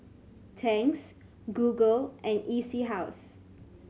Tangs Google and E C House